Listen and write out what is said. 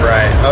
Right